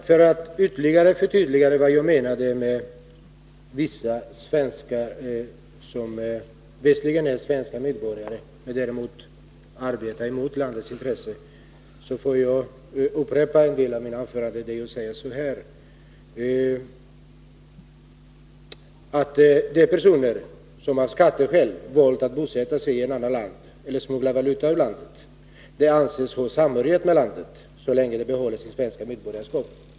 För att ytterligare förtydliga vad jag menade när jag talade om vissa svenskar som visserligen är svenska medborgare men arbetar emot landets intressen, upprepar jag nu vad jag sade i mitt tidigare anförande och säger att de personer som av skatteskäl valt att bosätta sig i ett annat land eller som smugglar valuta ur landet anses ha samhörighet med landet så länge de behåller sitt svenska medborgarskap.